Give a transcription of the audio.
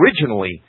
originally